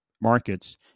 markets